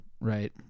right